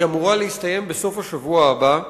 היא אמורה להסתיים בסוף השבוע הבא.